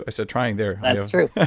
ah so trying there, that's true.